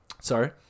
Sorry